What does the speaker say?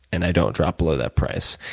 and i don't drop below that price.